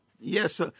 Yes